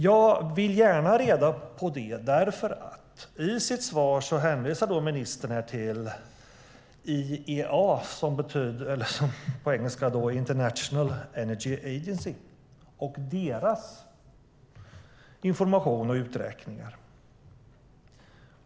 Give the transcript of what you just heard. Jag vill gärna ha reda på detta eftersom ministern i sitt svar hänvisar till IEA, det vill säga International Energy Agency, och deras information och uträkningar.